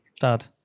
dad